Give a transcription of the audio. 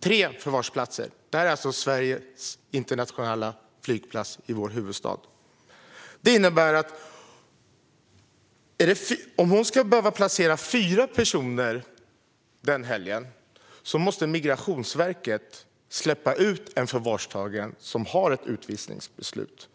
Det handlar alltså om Sveriges internationella flygplats i vår huvudstad. Detta innebär att om fyra personer behöver placeras den helgen måste Migrationsverket släppa ut en förvarstagen som har ett utvisningsbeslut.